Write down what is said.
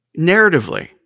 Narratively